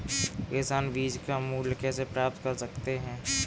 किसान बीज का मूल्य कैसे पता कर सकते हैं?